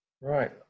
Right